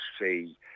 see